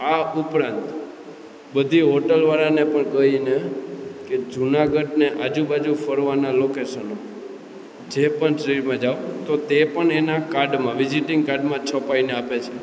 આ ઉપરાંત બધી હોટલ વાળાને પણ કઈને કે જુનાગઢને આજુ બાજુ ફરવાના લોકેશનો જે પણ માં જાઓ તો તે પણ એના કાર્ડમાં વીઝીટીંગ કાર્ડમાં છપાઈને આપે છે